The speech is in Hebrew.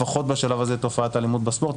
לפחות בשלב הזה את תופעת האלימות בספורט.